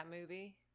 movie